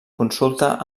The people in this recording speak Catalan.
consulta